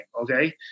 Okay